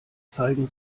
zeigen